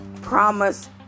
promise